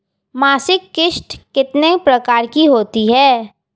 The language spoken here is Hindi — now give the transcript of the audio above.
मासिक किश्त कितने प्रकार की होती है?